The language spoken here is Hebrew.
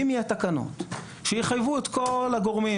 אם יהיה תקנות שיחייבו את כל הגורמים